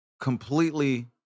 completely